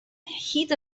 hyd